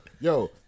yo